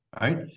Right